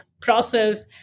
process